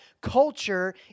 culture